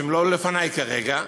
שהן לא לפני כרגע.